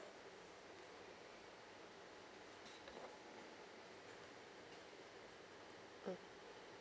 mm